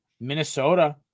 Minnesota